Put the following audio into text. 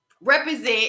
represent